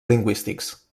lingüístics